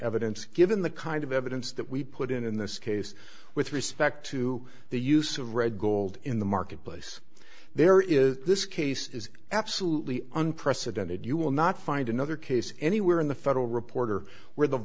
evidence given the kind of evidence that we put in in this case with respect to the use of red gold in the marketplace there is this case is absolutely unprecedented you will not find another case anywhere in the federal reporter where the